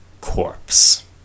corpse